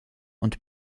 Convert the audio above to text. und